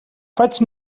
faig